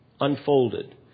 unfolded